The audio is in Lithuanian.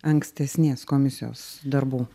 ankstesnės komisijos darbų